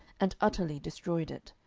and utterly destroyed it.